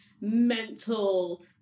mental